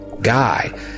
guy